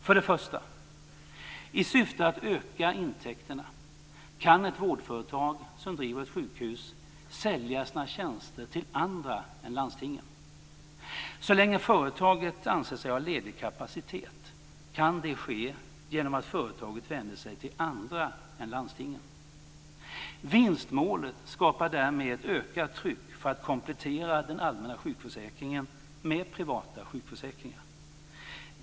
För det första: I syfte att öka intäkterna kan ett vårdföretag som driver ett sjukhus sälja sina tjänster till andra än landstingen. Så länge företaget anser sig ha ledig kapacitet kan det ske genom att företaget vänder sig till andra än landstingen. Vinstmålet skapar därmed ökat tryck för att komplettera den allmänna sjukförsäkringar med privata sjukförsäkringar.